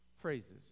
phrases